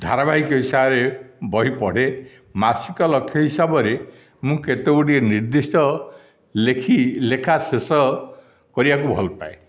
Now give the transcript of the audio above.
ଧାରାବାହିକ ହିସାବରେ ବହି ପଢ଼େ ମାସିକ ଲକ୍ଷ୍ୟ ହିସାବରେ ମୁଁ କେତେ ଗୁଡ଼ିଏ ନିର୍ଦ୍ଧିଷ୍ଟ ଲେଖିଲେଖା ଶେଷ କରିବାକୁ ଭଲ ପାଏ